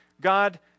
God